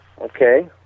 Okay